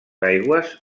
aigües